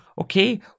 okay